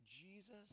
Jesus